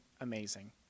amazing